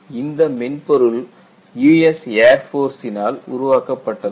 இந்த மென்பொருள் US ஏர்போர்ஸ்ஸினால் உருவாக்கப்பட்டதாகும்